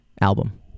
album